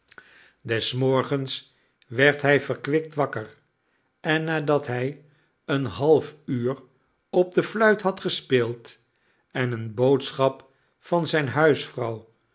des morgens werd hij verkwikt wakker en nadat hij een half uur op de fluit had gespeeld en eene boodschap van zijne huisvrouw